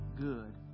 good